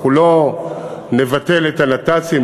אנחנו לא נבטל את הנת"צים,